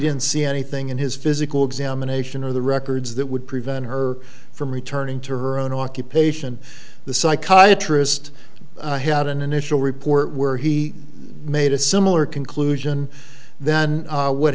didn't see anything in his physical examination of the records that would prevent her from returning to her own occupation the psychiatry wrist had an initial report where he made a similar conclusion then what